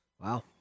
Wow